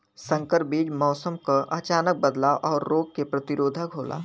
संकर बीज मौसम क अचानक बदलाव और रोग के प्रतिरोधक होला